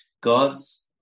God's